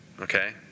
Okay